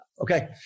Okay